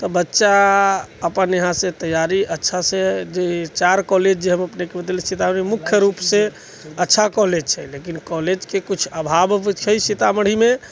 तऽ बच्चा अपन यहाँ से तैयारी अच्छा से चारि कॉलेज जे हम अपनेके बतैली सीतामढ़ीमे मुख्य रूप से अच्छा कॉलेज छै लेकिन कॉलेजके किछु अभाव छै सीतामढ़ीमे